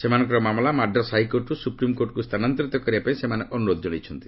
ସେମାନଙ୍କର ମାମଲା ମାଡ୍ରାସ୍ ହାଇକୋର୍ଟରୁ ସୁପ୍ରିମ୍କୋର୍ଟକୁ ସ୍ଥାନାନ୍ତରିତ କରିବାପାଇଁ ସେମାନେ ଅନୁରୋଧ ଜଣାଇଛନ୍ତି